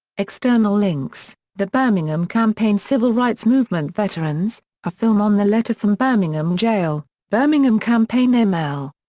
external links the birmingham campaign civil rights movement veterans a film on the letter from birmingham jail birmingham campaign m. l.